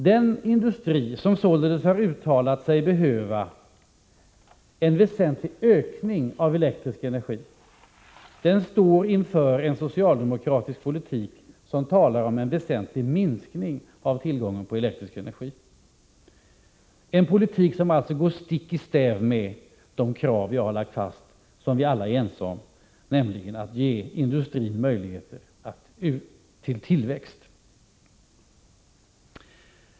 Den industri som således har uttalat att man behöver en väsentlig ökning av elektrisk energi står inför en socialdemokratisk politik där man talar om en väsentlig minskning av tillgången på elektrisk energi — en politik som alltså går stick i stäv mot de krav som vi har ställt och som vi alla är överens om, nämligen att man skall ge industrin möjligheter till tillväxt.